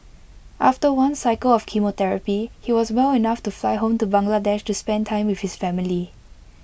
after one cycle of chemotherapy he was well enough to fly home to Bangladesh to spend time with his family